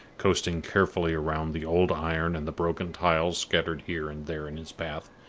coasting carefully round the old iron and the broken tiles scattered here and there in his path,